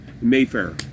Mayfair